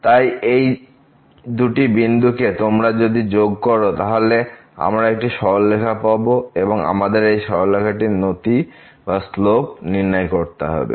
তাই এই দুটি বিন্দু কে তোমরা যদি যোগ করো তাহলে আমরা একটি সরলরেখা পাব এবং আমাদের এই সরলরেখাটির নতি নির্ণয় করতে হবে